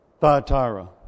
Thyatira